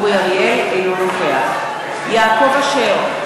אינו נוכח יעקב אשר,